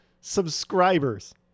subscribers